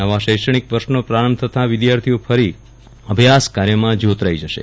નવા શૈક્ષણિક વર્ષનો પ્રારંભ થતા વિદ્યાર્થીઓ ફરી અભ્યાસ કાર્યમાં જોતરાઈ જશે